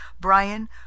Brian